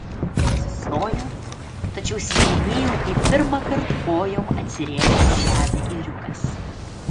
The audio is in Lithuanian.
atsistojau tačiau svyrinėjau kaip pirmąkart kojom atsirėmęs į žemę ėriukas